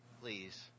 Please